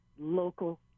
local